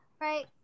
right